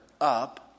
up